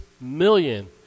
million